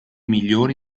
migliori